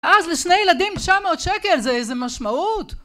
אז לשני ילדים 900 שקל זה איזה משמעות?